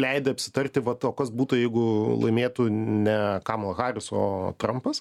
leidę apsitarti vat o kas būtų jeigu laimėtų ne kamala haris o trampas